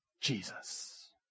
Jesus